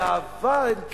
באהבה אין קץ,